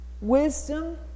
wisdom